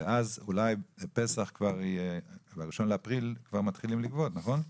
ואז באחד באפריל כבר מתחילים לגבות, נכון?